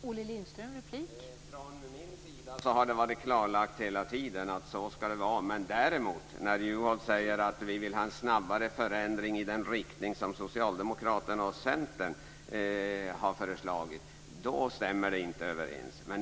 Fru talman! Från min sida har det hela tiden varit klarlagt hur det skall vara. Det som Juholt säger, att vi vill ha en snabbare förändring i den riktning som Socialdemokraterna och Centern har föreslagit, stämmer däremot inte.